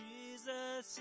Jesus